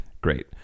Great